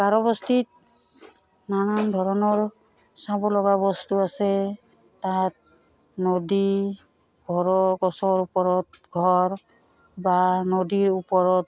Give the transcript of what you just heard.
গাৰোবস্তিত নানান ধৰণৰ চাব লগা বস্তু আছে তাত নদী ঘৰৰ গছৰ ওপৰত ঘৰ বা নদীৰ ওপৰত